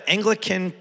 Anglican